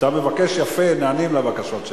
כשאתה מבקש יפה נענים לבקשות שלך.